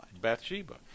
Bathsheba